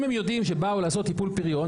אם הם יודעים שהם באו לעשות טיפול פריון,